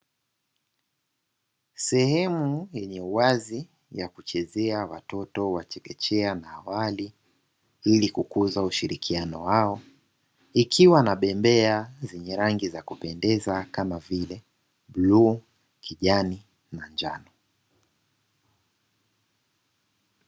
Sehemu yenye uwazi ya kuchezea watoto wa chekechea na wa awali, ili kukuza ushirikiano wao. Ikiwa na bembea zenye rangi za kupendeza kama vile: bluu, kijani na njano.